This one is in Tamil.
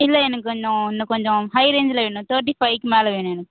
இல்லை எனக்கு கொஞ்சம் இன்னும் கொஞ்சம் ஹை ரேஞ்சில் வேணும் தேர்ட்டி ஃபைவ்க்கு மேலே வேணும் எனக்கு